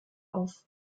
auf